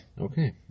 Okay